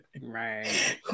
Right